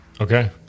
Okay